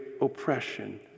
oppression